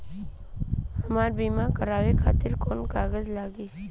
हमरा बीमा करावे खातिर कोवन कागज लागी?